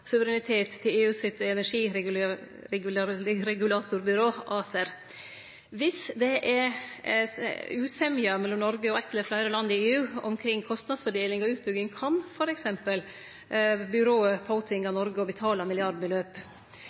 suverenitet til EUs energiregulatorbyrå, ACER. Dersom det er usemje mellom Noreg og eitt eller fleire land i EU omkring kostnadsfordeling og utbygging, kan f.eks. byrået tvinge Noreg til å betale milliardbeløp.